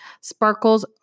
Sparkles